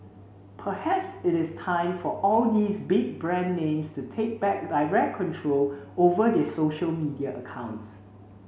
perhaps it is time for all these big brand names to take back direct control over their social media accounts